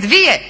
tri